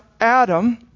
Adam